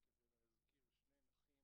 שהוא ראש השדולה